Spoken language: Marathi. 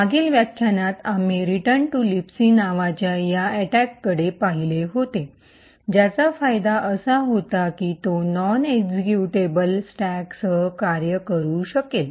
मागील व्याख्यानात आम्ही रिटर्न टू लिबसी नावाच्या या अटैककडे पाहिले होते ज्याचा फायदा असा होता की तो नॉन एक्जीक्यूटेबल स्टॅक सह कार्य करू शकेल